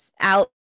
out